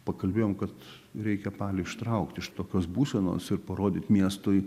pakalbėjom kad reikia palį ištraukt iš tokios būsenos ir parodyt miestui